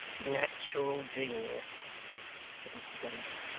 natural genius said mr dennis.